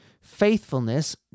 faithfulness